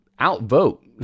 outvote